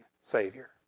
Savior